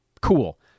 Cool